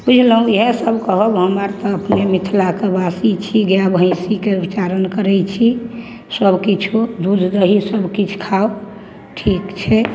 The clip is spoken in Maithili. बुझलहुँ इएहसब कहब हम आर तऽ अपने मिथिलाके वासी छी गाइ भैँसीके उपचारण करै छी सबकिछु दूध दही सबकिछु खाउ ठीक छै